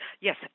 yes